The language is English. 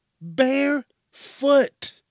Barefoot